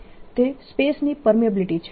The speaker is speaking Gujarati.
તે સ્પેસ ની પરમીએબીલીટી છે